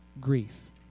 Grief